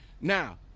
Now